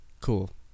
cool